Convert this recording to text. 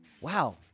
wow